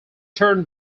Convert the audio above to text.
turn